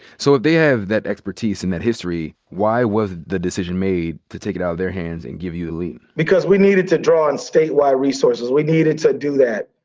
so if they have that expertise and that history, why was the decision made to take it out of their hands and give you the lead? because we needed to draw on statewide resources. we needed to do that.